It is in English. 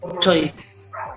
Choice